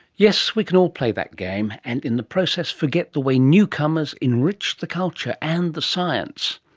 yes, we can all play that game, and in the process forget the way newcomers enrich the culture and the science.